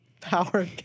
Power